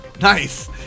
Nice